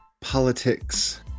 politics